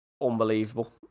unbelievable